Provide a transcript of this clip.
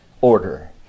order